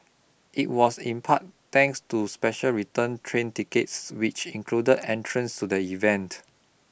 it was in part thanks to the special return train tickets which included entrance to the event